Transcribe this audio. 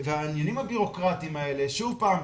והעניינים הבירוקרטיים האלה, שוב פעם,